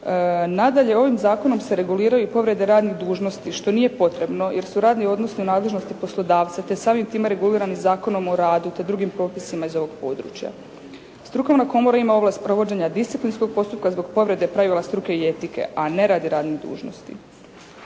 Nadalje ovim zakonom se reguliraju i povrede radnih dužnosti što nije potrebno jer su radni odnosi u nadležnosti poslodavca te samim time regulirani i Zakonom o radu te drugim propisima iz ovog područja. Strukovna komora ima ovlast sprovođenja disciplinskog postupka zbog povrede pravila struke i etike, a ne radi radnih dužnosti.